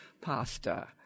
pasta